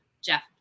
Jeff